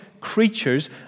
creatures